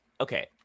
okay